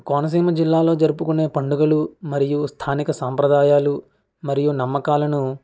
కోనసీమ జిల్లాలో జరుపుకునే పండుగలు మరియు స్థానిక సాంప్రదాయాలు మరియు నమ్మకాలను